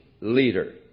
leader